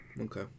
Okay